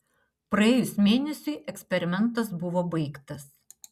praėjus mėnesiui eksperimentas buvo baigtas